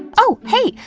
oh! hey!